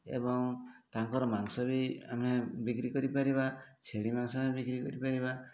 ଏବଂ ତାଙ୍କର ମାଂସ ବି ଆମେ ବିକ୍ରି କରିପାରିବା ଛେଳି ମାଂସ ଆମେ ବିକ୍ରି କରିପାରିବା